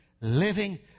living